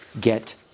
get